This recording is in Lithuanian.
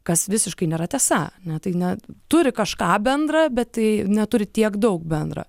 kas visiškai nėra tiesa ne tai ne turi kažką bendra bet tai neturi tiek daug bendro